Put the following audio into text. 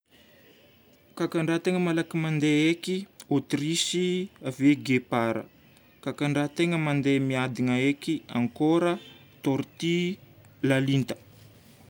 Kakan-draha tegna malaky mandeha haiky: Autriche, ave guépard. Kakan-draha tegna mandeha miadana haiky: ankôra, tortue, lalinta.